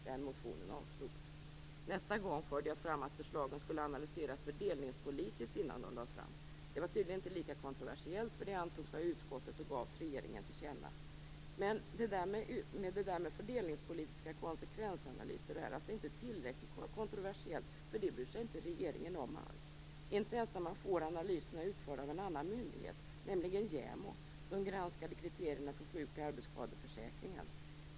Den motionen avslogs. Nästa gång förde jag fram att förslagen skulle analyseras fördelningspolitiskt innan de lades fram. Det var tydligen inte lika kontroversiellt, för det antogs av utskottet och gavs regeringen till känna. Men det där med fördelningspolitiska konsekvensanalyser är tydligen inte tillräcklig kontroversiellt, för regeringen bryr sig inte alls om det - inte ens när man får analyserna utförda av en annan myndighet, nämligen JämO, som granskat kriterierna för sjuk och arbetsskadeförsäkringen.